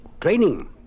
Training